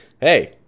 Hey